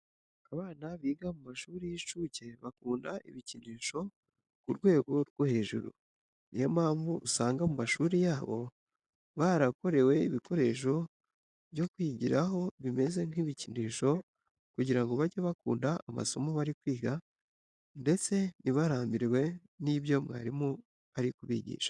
Abana biga mu mashuri y'incuke bakunda ibikinisho ku rwego rwo hejuru. Ni yo mpamvu usanga mu mashuri yabo barakorewe ibikoresho byo kwigiraho bimeze nk'ibikinisho kugira ngo bajye bakunda amasomo bari kwiga ndetse ntibarambirwe n'ibyo mwarimu ari kubigisha.